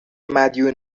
مدیون